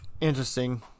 Interesting